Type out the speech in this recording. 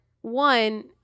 one